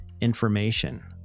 information